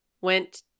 went